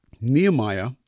Nehemiah